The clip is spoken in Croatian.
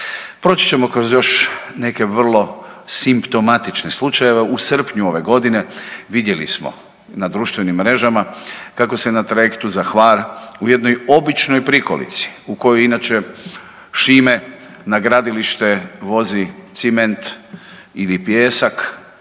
Proći ćemo kroz još neke vrlo simptomatične slučajeve. U srpnju ove godine vidjeli smo na društvenim mrežama kako se na trajektu za Hvar u jednoj običnoj prikolici u kojoj inače Šime na gradilište vozi ciment ili pijeska,